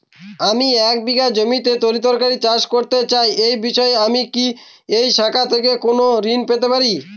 আমি এক বিঘা জমিতে তরিতরকারি চাষ করতে চাই এই বিষয়ে আমি কি এই শাখা থেকে কোন ঋণ পেতে পারি?